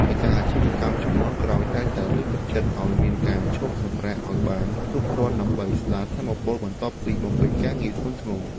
ម្ចាស់អាជីវកម្មជំនាន់ក្រោយតែងតែលើកទឹកចិត្តឱ្យមានការឈប់សម្រាកឱ្យបានគ្រប់គ្រាន់ដើម្បីស្តារថាមពលបន្ទាប់ពីបំពេញការងារធ្ងន់ធ្ងរ។